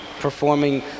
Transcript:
performing